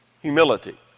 Humility